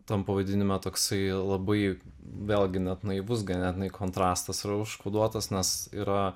tam pavadinime toksai labai vėlgi net naivus ganėtinai kontrastas yra užkoduotas nes yra